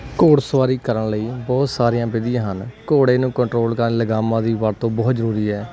ਘੋੜ ਸਵਾਰੀ ਕਰਨ ਲਈ ਬਹੁਤ ਸਾਰੀਆਂ ਵਿਧੀਆਂ ਹਨ ਘੋੜੇ ਨੂੰ ਕੰਟਰੋਲ ਕਰਨ ਲਗਾਮਾਂ ਦੀ ਵਰਤੋਂ ਬਹੁਤ ਜ਼ਰੂਰੀ ਹੈ